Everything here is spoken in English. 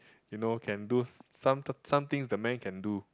you know can do some some things the man can do